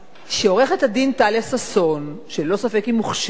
שעורכת-הדין טליה ששון, שללא ספק היא מוכשרת,